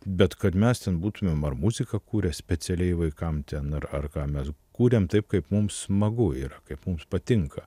bet kad mes ten būtumėm ar muziką kūrę specialiai vaikam ten arar ką mes kūrėm taip kaip mums smagu yra kaip mums patinka